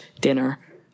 dinner